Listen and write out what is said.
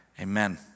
Amen